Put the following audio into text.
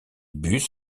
bus